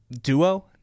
Duo